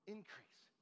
Increase